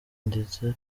ndetse